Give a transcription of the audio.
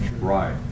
Right